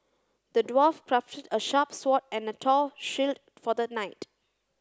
the dwarf crafted a sharp sword and a tough shield for the knight